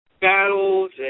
Battles